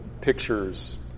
pictures